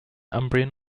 umbrian